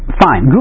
fine